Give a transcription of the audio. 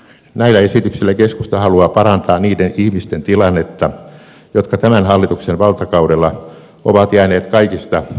näillä esityksillä keskusta haluaa parantaa niiden ihmisten tilannetta jotka tämän hallituksen valtakaudella ovat jääneet kaikista huonoimpaan asemaan